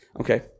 Okay